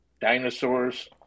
dinosaurs